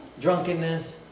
drunkenness